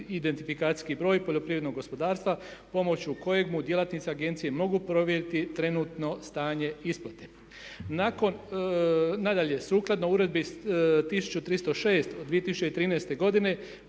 identifikacijski broj poljoprivrednog gospodarstva pomoću kojeg mu djelatnici agencije mogu provjeriti trenutno stanje isplate. Nadalje, sukladno Uredbi 1036/2013. godine